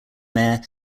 mayor